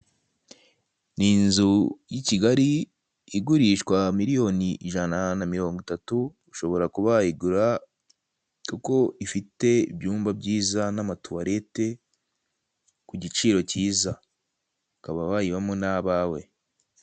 Ni inzu y'i Kigali igurishwa miriyoni ijana na mirongo itatu ushobora kuba wayigura kuko ifite ibyumba byiza n'amatuwarete ku giciro kiza ukaba wayibamo n'abawe.